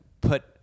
put